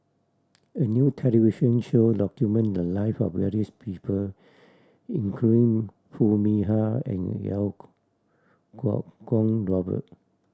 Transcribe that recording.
a new television show document the live of various people include Foo Mee Har and Iau Kuo Kuo Kwong Robert